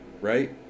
Right